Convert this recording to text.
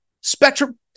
Spectrum